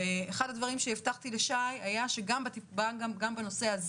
אחד הדברים שהבטחתי לשי שגם את הנושא של